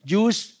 use